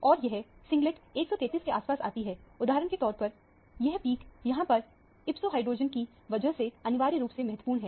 और यह सिंगलेट 133 के आसपास आती है उदाहरण के तौर पर यह पिक यहां पर ipso हाइड्रोजन की वजह से अनिवार्य रूप से महत्वपूर्ण है